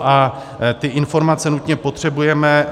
A ty informace nutně potřebujeme.